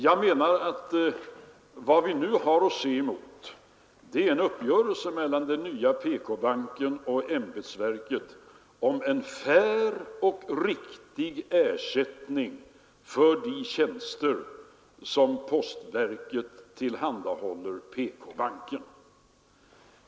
Jag menar att vad vi nu har att se fram emot är en uppgörelse mellan den nya PK-banken och ämbetsverket om en fair och riktig ersättning för de tjänster som postverket tillhandahåller PK-banken.